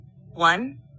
One